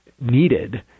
needed